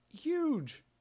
huge